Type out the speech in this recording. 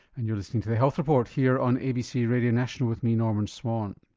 and you're listening to the health report here on abc radio national with me norman swan.